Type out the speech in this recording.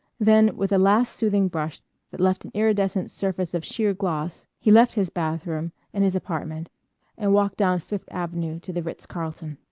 then with a last soothing brush that left an iridescent surface of sheer gloss he left his bathroom and his apartment and walked down fifth avenue to the ritz-carlton.